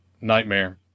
Nightmare